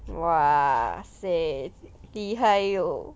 !wahseh! 厉害 oh